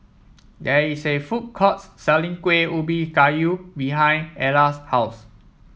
there is a food courts selling Kueh Ubi Kayu behind Ella's house